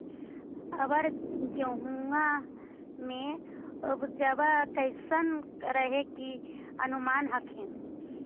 अबर गेहुमा के उपजबा कैसन रहे के अनुमान हखिन?